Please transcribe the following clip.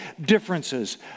differences